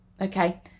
okay